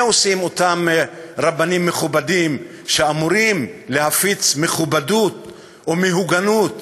מה עושים אותם רבנים מכובדים שאמורים להפיץ מכובדות ומהוגנות